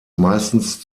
meistens